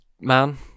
man